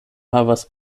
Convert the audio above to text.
havas